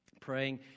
praying